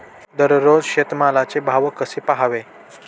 दररोज शेतमालाचे भाव कसे पहावे?